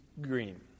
green